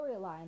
storyline